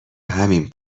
همین